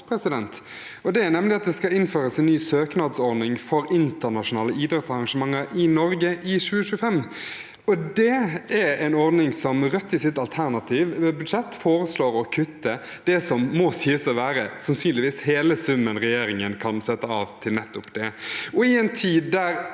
det skal innføres en ny søknadsordning for internasjonale idrettsarrangementer i Norge i 2025. Det er en ordning som Rødt i sitt alternative budsjett foreslår å kutte – en sum som sannsynligvis er hele summen regjeringen kan sette av til nettopp det.